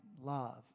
love